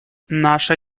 наша